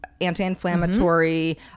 anti-inflammatory